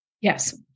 Yes